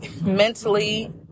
mentally